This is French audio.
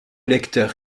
lecteur